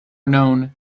known